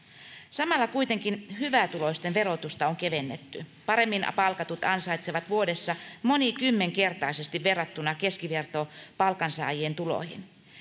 samalla kuitenkin hyvätuloisten verotusta on kevennetty paremmin palkatut ansaitsevat vuodessa monikymmenkertaisesti verrattuna keskivertopalkansaajien tuloihin